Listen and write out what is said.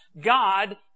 God